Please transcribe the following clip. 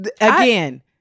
Again